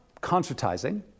concertizing